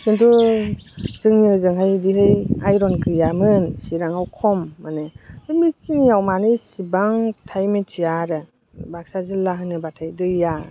खिन्थु जोंनि ओजोंहाय बिदिहाय आइरन गैयामोन चिरांआव खम माने बेखिनिआव मानो इसिबांथाय मिथिया आरो बाक्सा जिल्ला होनोबाथाय दैया